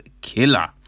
killer